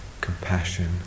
compassion